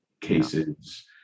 cases